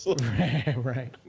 Right